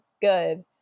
good